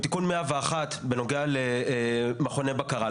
תיקון 101 בנוגע למכוני בקרה.